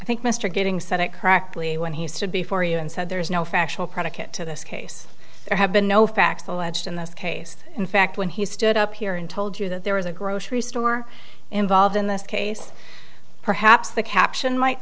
i think mr getting said it correctly when he stood before you and said there is no factual predicate to this case there have been no facts alleged in this case in fact when he stood up here and told you that there was a grocery store involved in this case perhaps the caption might